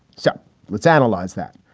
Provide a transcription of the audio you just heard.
so let's analyze that.